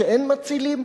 כשאין מצילים?